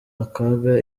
akaga